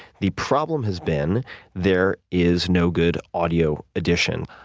the problem has been there is no good audio addition.